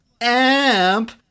amp